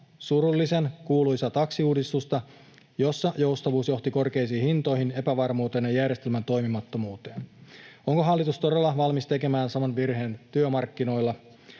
surullisen kuuluisaa taksiuudistusta, jossa joustavuus johti korkeisiin hintoihin, epävarmuuteen ja järjestelmän toimimattomuuteen. Onko hallitus todella valmis tekemään saman virheen työmarkkinoilla?